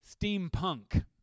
steampunk